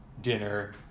dinner